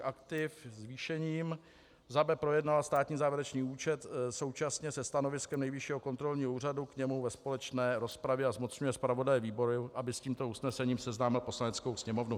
B. projednala státní závěrečný účet současně se stanoviskem Nejvyššího kontrolního úřadu k němu ve společné rozpravě, a zmocňuje zpravodaje výboru, aby s tímto usnesením seznámil Poslaneckou sněmovnu.